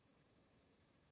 La seduta è tolta